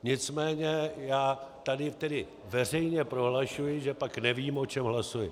Nicméně já tady tedy veřejně prohlašuji, že pak nevím, o čem hlasuji.